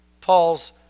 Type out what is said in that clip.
Paul's